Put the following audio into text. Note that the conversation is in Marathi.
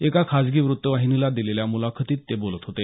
एका खाजगी वृत्तवाहिनीला दिलेल्या मुलाखतीत ते बोलत होते